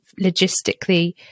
logistically